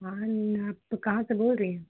हाँ मे आप तो कहाँ से बोल रही हो